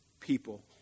people